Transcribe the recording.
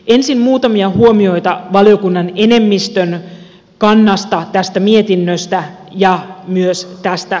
ensin muutamia huomioita valiokunnan enemmistön kannasta tästä mietinnöstä ja mies päästä